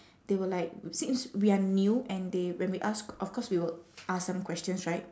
they were like since we are new and they when we ask of course we will ask some questions right